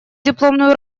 дипломную